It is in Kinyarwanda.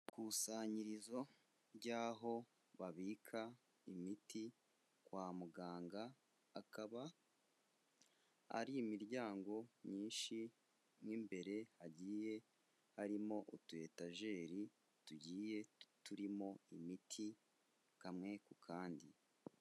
Ikusanyirizo ry'aho babika imiti kwa muganga, akaba ari imiryango myinshi, mo imbere hagiye harimo utuyetajeri tugiye turimo imiti kamwe ku kandi.